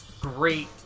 great